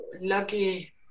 lucky